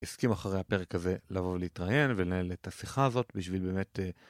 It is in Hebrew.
אסכים אחרי הפרק הזה לבוא ולהתראיין ולנהל את השיחה הזאת בשביל באמת